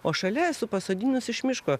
o šalia esu pasodinus iš miško